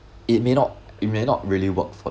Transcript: it may not it may not really work for